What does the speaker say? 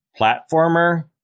platformer